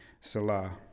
Salah